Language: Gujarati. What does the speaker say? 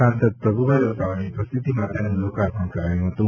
સાંસદ પ્રભુભાઈ વસાવાની ઉપસ્થિતિમાં તેનું લોકાર્પણ કરાયું હતું